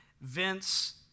Vince